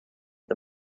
the